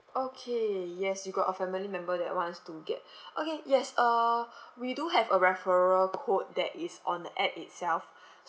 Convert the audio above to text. okay yes you got a family member that wants to get okay yes uh we do have a referral code that is on the app itself